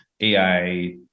AI